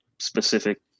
specific